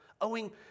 Owing